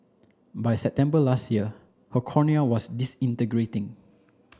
by September last year her cornea was disintegrating